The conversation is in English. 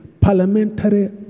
Parliamentary